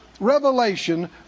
Revelation